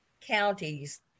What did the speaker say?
counties